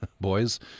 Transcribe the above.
boys